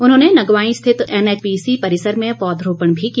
उन्होंने नगवांई स्थित एनएचपीसी परिसर में पौध रोपण भी किया